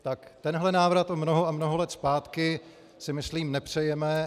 Tak tenhle návrat o mnoho a mnoho let zpátky si myslím nepřejeme.